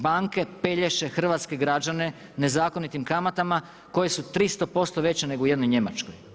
Banke pelješe hrvatske građane nezakonitim kamatama koje su 300% veće nego u jednoj Njemačkoj.